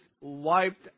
wiped